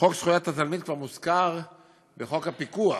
חוק זכויות התלמיד כבר מוזכר בחוק הפיקוח.